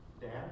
dad